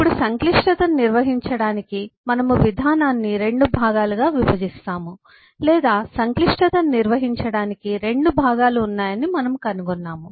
ఇప్పుడు సంక్లిష్టతను నిర్వహించడానికి మనము విధానాన్ని 2 భాగాలుగా విభజిస్తాము లేదా సంక్లిష్టతను నిర్వహించడానికి 2 భాగాలు ఉన్నాయని మనము కనుగొన్నాము